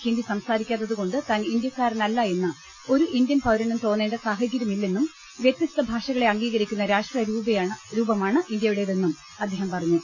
ഹിന്ദി സംസാരിക്കാ ത്തതു കൊണ്ട് താൻ ഇന്ത്യക്കാരനല്ല എന്ന് ഒരു ഇന്ത്യൻ പൌരനും തോന്നേണ്ട സാഹചര്യമില്ലെന്നും വ്യത്യസ്ത ഭാഷകളെ അംഗീക രിക്കുന്ന രാഷ്ട്രരൂപമാണ് ഇന്ത്യയുടേതെന്നും അദ്ദേഹം പറഞ്ഞു